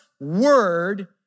word